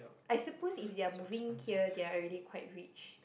I suppose if they moving here they are already quite rich